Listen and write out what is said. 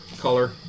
color